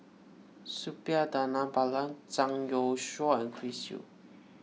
Suppiah Dhanabalan Zhang Youshuo and Chris Yeo